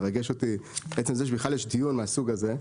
מרגש אותי עצם זה שבכלל יש דיון מהסוג הזה,